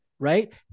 Right